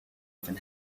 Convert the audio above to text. even